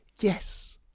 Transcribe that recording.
Yes